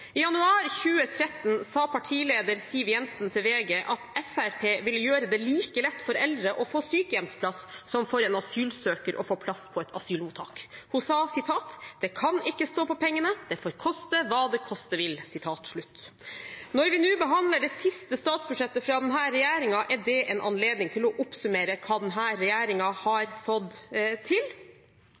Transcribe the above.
I januar 2013 sa partileder Siv Jensen til VG at Fremskrittspartiet ville gjøre det like lett for eldre å få sykehjemsplass som for en asylsøker å få plass på et asylmottak. Hun sa: «Det kan ikke stå på pengene. Det får koste hva det vil.» Når vi nå behandler det siste statsbudsjettet fra denne regjeringen, er det en anledning til å oppsummere hva denne regjeringen har fått til.